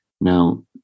now